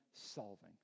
solving